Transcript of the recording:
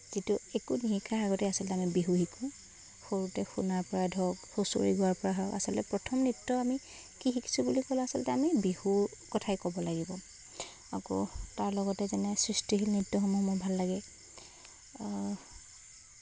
যিটো একো নিশিকাৰ আগতে আচলতে আমি বিহু শিকোঁ সৰুতে শুনাৰ পৰা ধৰক হুঁচৰি গোৱাৰ পৰা হওক আচলতে প্ৰথম নৃত্য আমি কি শিকিছোঁ বুলি ক'লে আচলতে আমি বিহু কথাই ক'ব লাগিব আকৌ তাৰ লগতে যেনে সৃষ্টিশীল নৃত্যসমূহ মোৰ ভাল লাগে